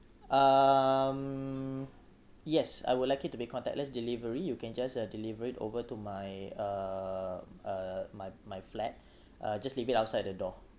um yes I would like it to be contactless delivery you can just uh deliver it over to my uh uh my my flat uh just leave it outside the door